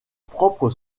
propre